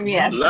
Yes